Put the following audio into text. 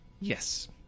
Yes